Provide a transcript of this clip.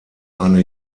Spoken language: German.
eine